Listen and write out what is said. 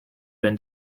been